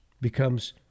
becomes